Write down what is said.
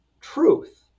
truth